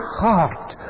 heart